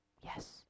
yes